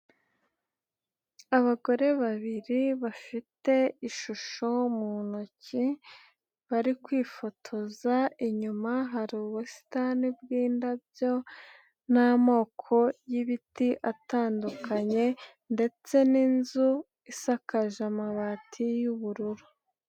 Abagore babiri bafite ishusho mu ntoki, bari kwifotoza. Inyuma hari ubusitani bw'indabyo n'amoko y'ibiti atandukanye ndetse n'inzu isakaje amabati y'ubururu.